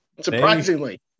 surprisingly